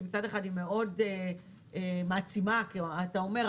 שמצד אחד היא מעצימה כי אתה אומר,